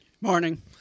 Morning